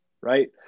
right